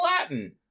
Latin